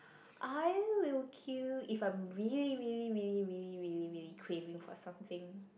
I will queue if I'm really really really really really really really craving for something